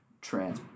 trans